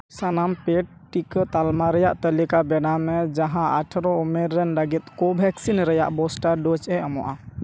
ᱥᱟᱱᱟᱢ ᱯᱮᱰ ᱴᱤᱠᱟᱹ ᱛᱟᱞᱢᱟ ᱨᱮᱭᱟᱜ ᱛᱟᱹᱞᱤᱠᱟ ᱵᱮᱱᱟᱣ ᱢᱮ ᱡᱟᱦᱟᱸ ᱟᱴᱷᱚᱨᱚ ᱩᱢᱮᱨ ᱨᱮᱱ ᱞᱟ ᱜᱤᱫ ᱠᱳ ᱵᱷᱮᱠᱥᱤᱱ ᱨᱮᱭᱟᱜ ᱵᱩᱥᱴᱟᱨ ᱰᱳᱡᱮ ᱮᱢᱚᱜᱼᱟ